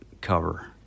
cover